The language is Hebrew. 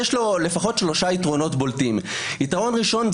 יש לו לפחות שלושה יתרונות בולטים: יתרון ראשון,